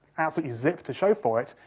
absolutely zit to show for it.